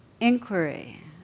inquiry